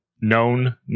known